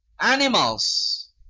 Animals